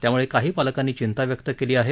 त्यामुळे काही पालकांनी चिंता व्यक्त केली आहे